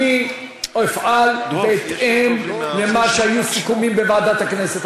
אני אפעל בהתאם לסיכומים בוועדת הכנסת.